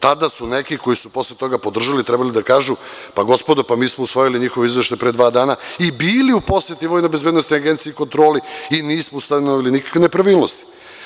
Tada su neki koji su posle toga podržali trebali da kažu – pa gospodo mi smo usvojili njihov izveštaj pre dva dana i bili u poseti VBA i kontroli i nismo ustanovili nikakve nepravilnosti.